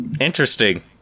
Interesting